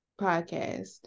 podcast